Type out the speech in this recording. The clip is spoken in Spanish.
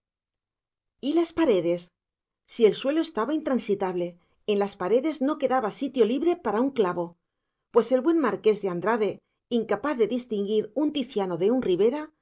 y las paredes si el suelo estaba intransitable en las paredes no quedaba sitio libre para un clavo pues el buen marqués de andrade incapaz de distinguir un ticiano de un ribera